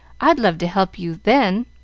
i'd love to help you then.